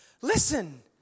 Listen